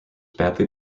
badly